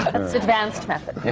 and that's advanced method. the